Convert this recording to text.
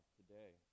today